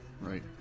right